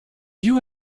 you